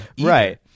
Right